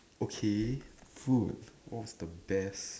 okay food what's the best